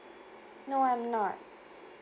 no I'm not